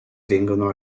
vengono